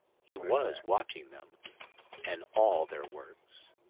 he was watching them and all their works.